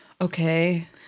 Okay